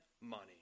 money